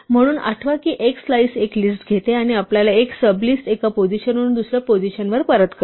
म्हणून आठवा की एक स्लाईस एक लिस्ट घेते आणि आपल्याला एक सबलिस्ट एका पोझिशनवरून दुसऱ्या पोझिशनवर परत करते